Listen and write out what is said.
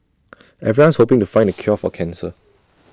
everyone's hoping to find the cure for cancer